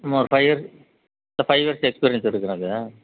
சும்மா ஒரு five years இல்லை ஃபைவ் இயர்ஸ் எக்ஸ்பீரியன்ஸ் இருக்குது எனக்கு